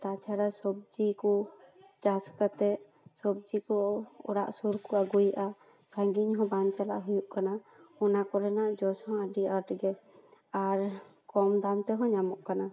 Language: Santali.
ᱛᱟᱪᱷᱟᱲᱟ ᱥᱚᱵᱽᱡᱤ ᱠᱚ ᱪᱟᱥ ᱠᱟᱛᱮ ᱥᱚᱵᱽᱡᱤ ᱠᱚ ᱚᱲᱟᱜ ᱥᱩᱨ ᱠᱚ ᱟᱹᱜᱩᱭᱮᱫᱼᱟ ᱥᱟᱺᱦᱤᱧ ᱦᱚᱸ ᱵᱟᱝ ᱪᱟᱞᱟᱜ ᱦᱩᱭᱩᱜ ᱠᱟᱱᱟ ᱚᱱᱟ ᱠᱚᱨᱮᱱᱟᱜ ᱡᱚᱥ ᱦᱚᱸ ᱟᱹᱰᱤ ᱟᱸᱴ ᱜᱮ ᱟᱨ ᱠᱚᱢ ᱫᱟᱢ ᱛᱮᱦᱚᱸ ᱧᱟᱢᱚᱜ ᱠᱟᱱᱟ